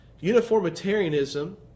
Uniformitarianism